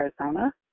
Arizona